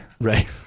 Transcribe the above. Right